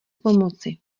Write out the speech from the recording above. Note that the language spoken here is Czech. pomoci